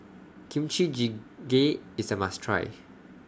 Kimchi Jjigae IS A must Try